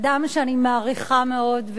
אדם שאני מעריכה מאוד,